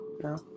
No